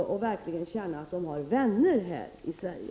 De borde få känna att de verkligen har vänner här i Sverige.